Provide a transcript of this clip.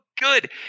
good